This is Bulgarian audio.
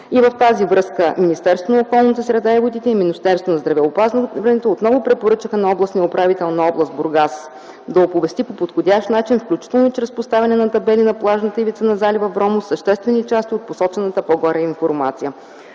и в тази връзка Министерството на околната среда и водите и Министерство на здравеопазването отново препоръчаха на областния управител на област Бургас да оповести по подходящ начин, включително и чрез поставяне на табели на плажната ивица на залива Вромос, съществени части от посочената по-горе информация.